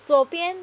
左边